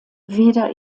weder